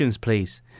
please